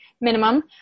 minimum